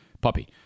puppy